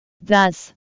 Thus